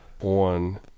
on